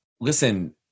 listen